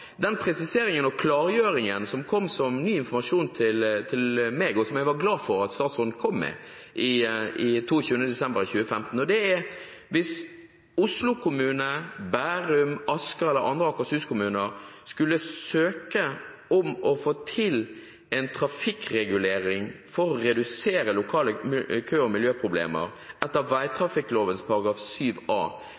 den presiseringen og klargjøringen som kom som ny informasjon til meg, og som jeg var glad for at statsråden kom med 22. desember 2015, og det er: Hvis Oslo kommune, Bærum, Asker eller andre Akershus-kommuner skulle søke om å få til en trafikkregulering for å redusere lokale kø- og miljøproblemer etter